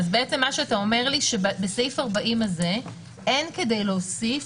בעצם אתה אומר שבסעיף 40 אין כדי להוסיף